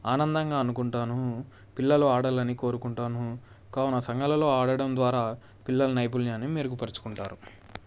ఆనందంగా అనుకుంటాను పిల్లలు ఆడాలని కోరుకుంటాను కావున సంఘాలలో ఆడడం ద్వారా పిల్లలు నైపుణ్యాన్ని మెరుగుపరుచుకుంటారు